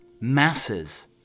masses